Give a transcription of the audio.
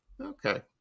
Okay